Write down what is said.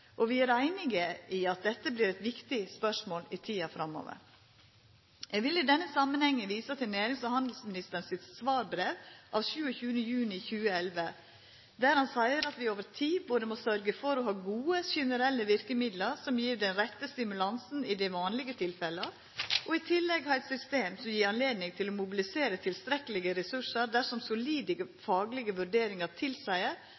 Vi er einig i at dette vert eit viktig spørsmål i tida framover. Eg vil i denne samanhengen vise til nærings- og handelsministeren sitt svarbrev av 27. juni 2011, der han seier at vi over tid både må sørgja for å ha gode generelle virkemidlar som gjev den rette stimulansen i dei «vanlige tilfellene», og i tillegg ha eit system som gjev anledning til å mobilisera tilstrekkelege ressursar dersom